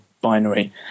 binary